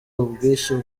ubwishyu